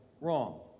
wrong